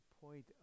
point